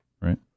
Right